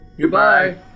Goodbye